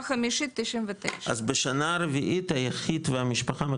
חמישית 99. אז בשנה הרביעית היחיד והמשפחה,